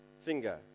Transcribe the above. finger